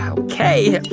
ok.